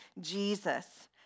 Jesus